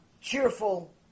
cheerful